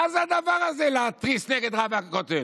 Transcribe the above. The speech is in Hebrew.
מה זה הדבר הזה, להתריס נגד רב הכותל?